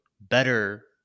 better